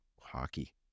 Hockey